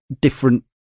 different